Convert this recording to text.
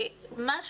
לחשוב על משהו,